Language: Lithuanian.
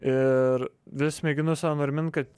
ir vis mėginu save nuramint kad